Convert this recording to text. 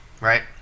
right